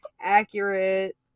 Accurate